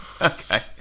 Okay